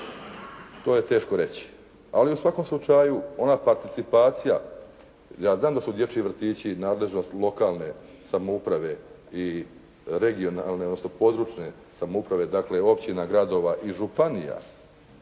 to je teško reći. Ali u svakom slučaju ona participacija, ja znam da su dječji vrtići nadležnost lokalne samouprave i regionalne, odnosno područne samouprave , dakle općina, gradova i županija,